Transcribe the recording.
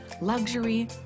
luxury